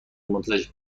منتظرشون